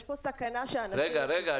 יש פה סכנה שאנשים --- רגע,